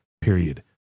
period